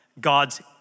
God's